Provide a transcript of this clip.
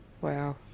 Wow